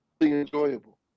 enjoyable